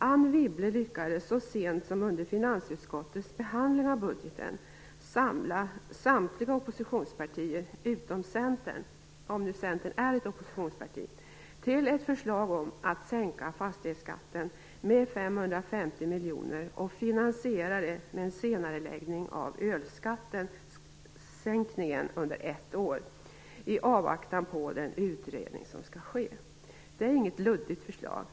Anne Wibble lyckades så sent som under finansutskottets behandling av budgeten att samla samtliga oppositionspartier utom Centern, om nu Centern är ett oppositionsparti, till ett förslag om en sänkning av fastighetsskatten med 550 miljoner finansierad med ett års senareläggning av ölskattesänkningen, i avvaktan på den utredning som skall ske. Detta är inget luddigt förslag.